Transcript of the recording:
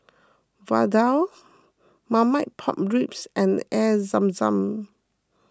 Vadai Marmite Pork Ribs and Air Zam Zam